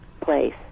place